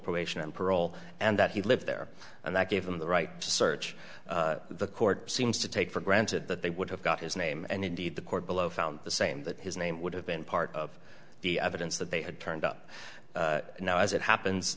probation and parole and that he lived there and that gave them the right to search the court seems to take for granted that they would have got his name and indeed the court below found the same that his name would have been part of the evidence that they had turned up no as it happens